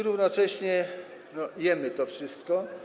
Równocześnie jemy to wszystko.